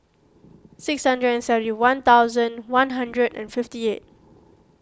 six hundred and seventy one thousand one hundred and fifty eight